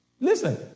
Listen